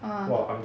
ah